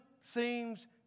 seems